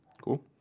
cool